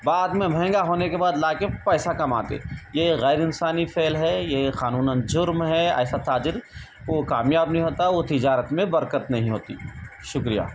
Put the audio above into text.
بعد میں مہنگا ہونے کے بعد لا کے پیسہ کماتے یہ غیر انسانی فعل ہے یہ قانوناً جرم ہے ایسا تاجر کو کامیاب نہیں ہوتا وہ تجارت میں برکت نہیں ہوتی شکریہ